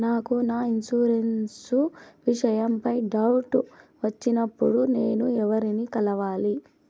నాకు నా ఇన్సూరెన్సు విషయం పై డౌట్లు వచ్చినప్పుడు నేను ఎవర్ని కలవాలి?